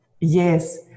Yes